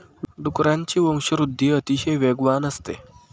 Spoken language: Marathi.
डुकरांची वंशवृद्धि अतिशय वेगवान असते